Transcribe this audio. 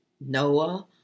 Noah